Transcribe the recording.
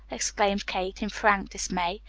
exclaimed kate in frank dismay.